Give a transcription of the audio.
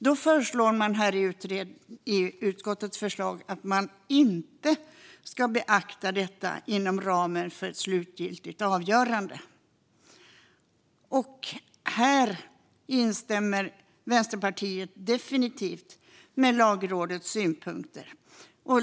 I utskottets förslag föreslås att man inte ska beakta detta inom ramen för ett slutgiltigt avgörande. Här instämmer Vänsterpartiet definitivt med Lagrådets synpunkter.